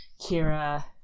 Kira